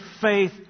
faith